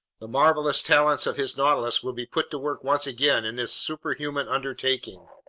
the marvelous talents of his nautilus would be put to work once again in this superhuman undertaking!